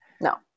no